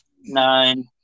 nine